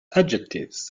adjectives